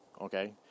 okay